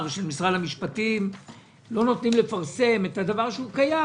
ושל משרד המשפטים לא נותנים לפרסם את הדבר שקיים.